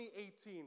2018